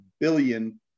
billion